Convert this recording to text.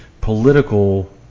political